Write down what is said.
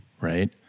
right